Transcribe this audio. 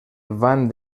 van